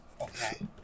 Okay